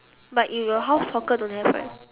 but if your house hawker don't have right